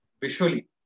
visually